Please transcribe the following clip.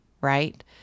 right